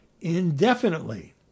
indefinitely